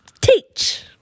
Teach